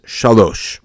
Shalosh